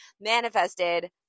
manifested